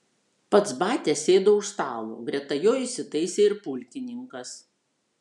pats batia sėdo už stalo greta jo įsitaisė ir pulkininkas